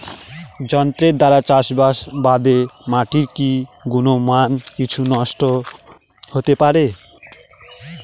যন্ত্রের দ্বারা চাষাবাদে মাটির কি গুণমান কিছু নষ্ট হতে পারে?